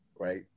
right